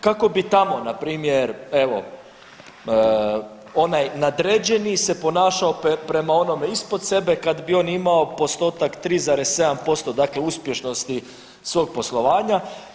Kako bi tamo na primjer evo onaj nadređeni se ponašao prema onome ispod sebe kada bi on imao postotak 3,7% dakle uspješnosti svog poslovanja.